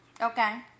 Okay